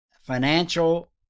financial